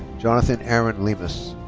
jonathan aaron lemus.